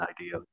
idea